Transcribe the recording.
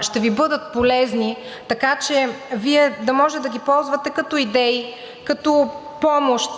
ще Ви бъдат полезни, така че Вие да може да ги ползвате като идеи, като помощ